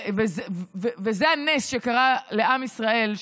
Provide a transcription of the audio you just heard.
וזה הנס שקרה לעם ישראל,